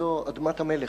שזו אדמת המלך,